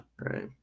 Right